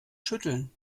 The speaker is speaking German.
schütteln